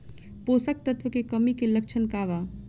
पोषक तत्व के कमी के लक्षण का वा?